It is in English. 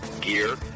gear